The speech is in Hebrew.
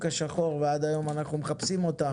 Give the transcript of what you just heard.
השחור ועד היום אנחנו מחפשים אותם.